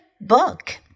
book